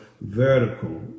vertical